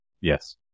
Yes